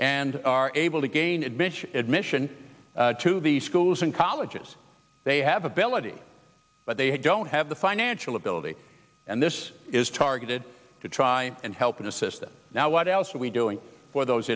and are able to gain admission admission to the schools and colleges they have ability but they don't have the financial ability and this is targeted to try and help in the system now what else are we doing for those